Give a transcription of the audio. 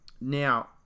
now